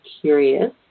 curious